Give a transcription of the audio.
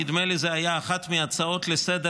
נדמה לי שזו הייתה אחת מההצעות לסדר-היום